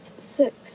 six